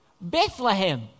Bethlehem